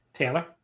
Taylor